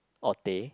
or teh